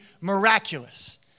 miraculous